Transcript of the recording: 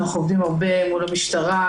אנחנו עובדים הרבה מול המשטרה,